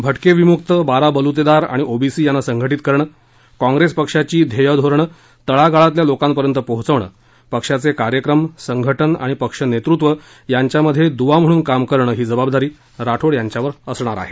भटके विमुक्त बारा बलूतेदार आणि ओबीसी यांना संघटीत करणं काँग्रेस पक्षाची ध्येय धोरणं तळागळातल्या लोकांपर्यंत पोहचवणं पक्षाचे कार्यक्रम संघटन आणि पक्ष नेतृत्व यांच्या मध्ये द्वा म्हणून काम करणं ही जबाबदारी राठोड यांच्यावर असणार आहे